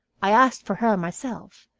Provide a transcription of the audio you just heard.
i asked for her myself,